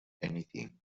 anything